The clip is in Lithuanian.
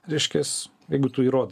reiškias jeigu tu įrodai